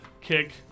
kick